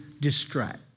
distract